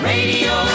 Radio